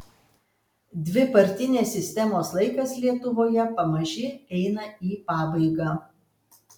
dvipartinės sistemos laikas lietuvoje pamaži eina į pabaigą